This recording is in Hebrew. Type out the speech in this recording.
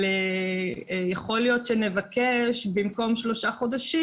יכול להיות שנבקש במקום שלושה חודשים,